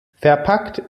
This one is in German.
verpackt